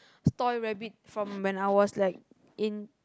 toy rabbit from when I was like in